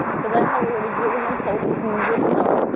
because i had already given up hope of me getting out.